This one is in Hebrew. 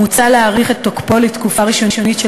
מוצע להאריך את תוקפו לתקופה ראשונית של